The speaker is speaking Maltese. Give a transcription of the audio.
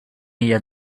hija